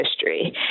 history